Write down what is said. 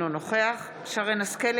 אינו נוכח שרן מרים השכל,